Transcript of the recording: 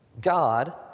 God